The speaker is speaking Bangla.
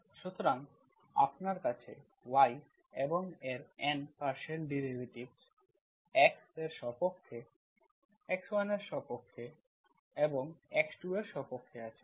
সুতরাং আপনার কাছে y এবং এর N পার্শিয়াল ডেরিভেটিভ x এর সাপেক্ষে x1 এর সাপেক্ষে এবং x2 এর সাপেক্ষে আছে